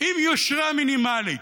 עם יושרה מינימלית,